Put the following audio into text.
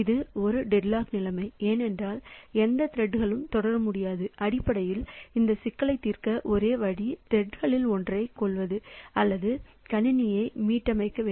இது ஒரு டெட்லாக் நிலைமை ஏனென்றால் எந்த திரெட்களும் தொடர முடியாது அடிப்படையில் இந்த சிக்கலை தீர்க்க ஒரே வழி திரெட்களில் ஒன்றைக் கொல்வது அல்லது கணினியை மீட்டமைக்க வேண்டும்